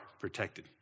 protected